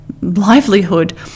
livelihood